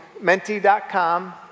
menti.com